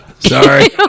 sorry